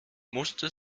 musste